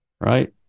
right